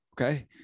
okay